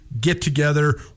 get-together